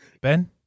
Ben